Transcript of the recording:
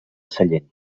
sallent